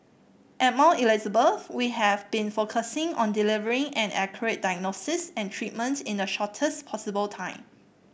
at Mount Elizabeth we have been focusing on delivering an accurate diagnosis and treatment in the shortest possible time